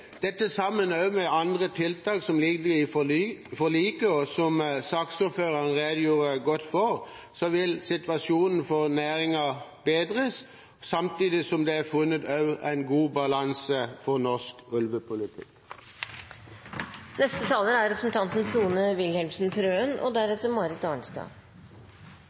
sammen med andre tiltak som ligger i forliket, og som saksordføreren redegjorde godt for, vil bedre situasjonen for næringen, samtidig som det også er funnet en god balanse for norsk ulvepolitikk. Gjennom generasjoner har sauehold vært en tradisjonelt viktig del av landbruket i min region og